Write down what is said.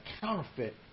counterfeit